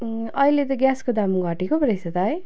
अहिले त ग्यासको दाम घटेको पो रहेछ त है